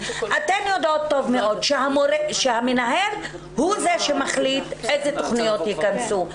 אתן יודעות טוב מאוד שהמנהל הוא זה שמחליט אילו תוכניות ייכנסו,